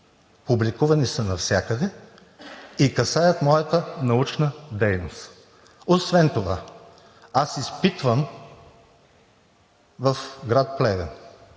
публикувани са навсякъде и касаят моята научна дейност. Освен това аз изпитвам в град Плевен,